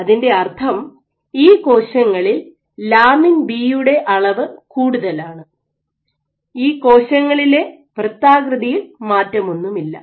അതിൻറെ അർത്ഥം ഈ കോശങ്ങളിൽ ലാമിൻ ബി യുടെ അളവ് കൂടുതലാണ് ഈ കോശങ്ങളിലെ വൃത്താകൃതിയിൽ മാറ്റൊമൊന്നുമില്ല